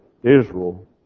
Israel